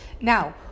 Now